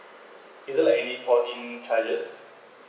is there like any calling charges